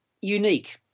unique